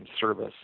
service